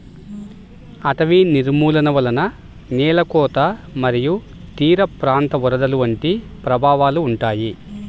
అటవీ నిర్మూలన వలన నేల కోత మరియు తీరప్రాంత వరదలు వంటి ప్రభావాలు ఉంటాయి